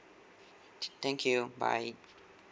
thank you bye